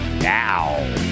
now